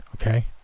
okay